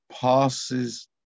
passes